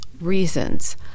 reasons